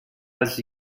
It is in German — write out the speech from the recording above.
als